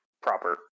proper